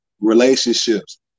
relationships